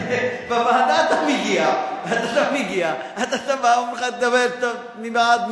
בוועדה אתה מגיע, הצבעה, אומרים לך: מי בעד?